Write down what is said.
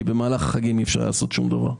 כי במהלך החגים אי אפשר היה לעשות שום דבר.